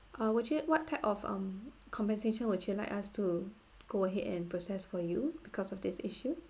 uh would you what type of um compensation would you like us to go ahead and process for you because of this issue